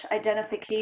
identification